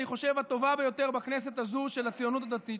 אני חושב, הטובה ביותר בכנסת הזו, הציונות הדתית.